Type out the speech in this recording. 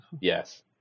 yes